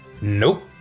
Nope